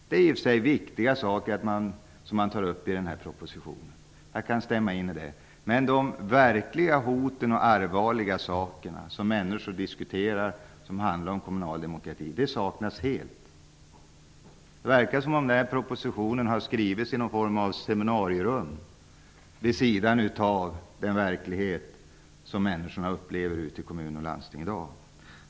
Det är i och för sig viktiga saker som tas upp i propositionen, jag kan stämma in i det, men de verkliga hoten och allvarliga sakerna, som människor diskuterar och som handlar om kommunal demokrati, saknas helt. Det verkar som om propositionen har skrivits i något slags seminarierum vid sidan av den verklighet som människorna upplever ute i kommuner och landsting i dag.